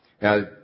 Now